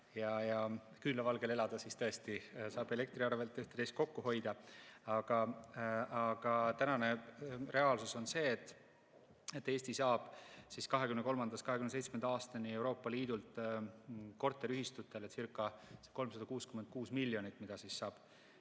ja küünlavalgel elada, siis tõesti saab elektri arvelt üht-teist kokku hoida. Aga tänane reaalsus on see, et Eesti saab 2023. aastast 2027. aastani Euroopa Liidult korteriühistutelecirca366 miljonit, millest osa saab